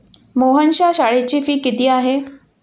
मोहनच्या शाळेची फी किती आहे?